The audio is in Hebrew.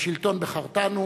לשלטון בחרתנו.